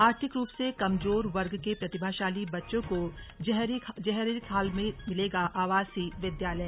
आर्थिक रूप से कमजोर वर्ग के प्रतिभाशाली बच्चों को जयहरीखाल में मिलेगा आवासीय विद्यालय